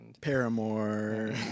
Paramore